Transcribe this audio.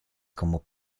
como